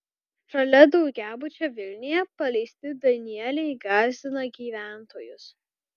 šalia daugiabučio vilniuje paleisti danieliai gąsdina gyventojus